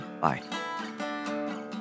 Bye